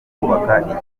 kubaka